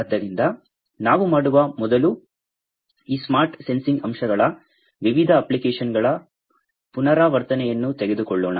ಆದ್ದರಿಂದ ನಾವು ಮಾಡುವ ಮೊದಲು ಈ ಸ್ಮಾರ್ಟ್ ಸೆನ್ಸಿಂಗ್ ಅಂಶಗಳ ವಿವಿಧ ಅಪ್ಲಿಕೇಶನ್ಗಳ ಪುನರಾವರ್ತನೆಯನ್ನು ತೆಗೆದುಕೊಳ್ಳೋಣ